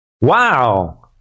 Wow